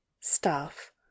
staff